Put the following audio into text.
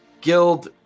guild